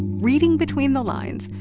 reading between the lines,